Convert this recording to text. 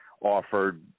offered